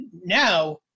now